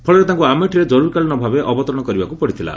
ଫଳରେ ତାଙ୍କୁ ଆମେଠିରେ ଜରୁରୀକାଳୀନ ଭାବେ ଅବତରଣ କରିବାକୁ ପଡ଼ିଥିଲା